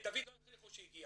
את דוד לא הכריחו כשהגיע.